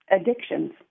addictions